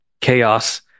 chaos